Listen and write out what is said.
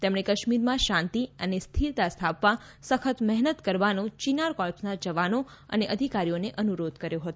તેમણે કાશ્મીરમાં શાંતિ અને સ્થિરતા સ્થાપવા સખત મહેનત કરવાનો ચીનાર કોર્પ્સના જવાનો અધિકારીઓને અનુરોધ કર્યો હતો